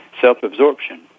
self-absorption